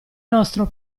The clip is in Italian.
nostro